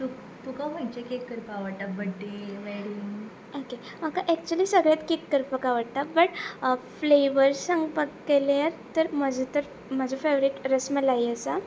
तुका खंयचो केक करपाक आवडटा बड्डे व्हड ओके म्हाका एक्चुली सगळ्यांत केक करपाक आवडटा बट फ्लेवर सांगपाक गेल्यार तर म्हजे तर म्हजो फेवरेट रसमलाई आसा